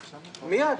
מיד.